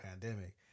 pandemic